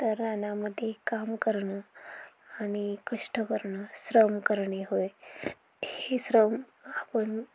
तर रानामध्ये काम करणं आणि कष्ट करणं श्रम करणे होय हे श्रम आपण